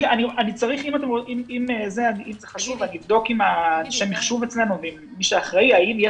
אני יכול לבדוק עם אנשי המחשוב אצלנו האם יש